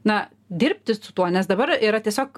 na dirbti su tuo nes dabar yra tiesiog